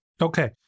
Okay